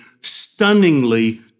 stunningly